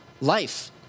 life